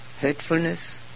hurtfulness